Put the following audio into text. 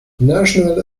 national